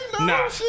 nah